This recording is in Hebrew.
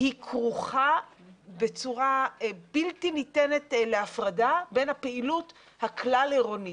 היא כרוכה בצורה בלתי ניתנת להפרדה בין הפעילות הכלל-עירונית.